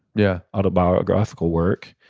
yeah autobiographical work,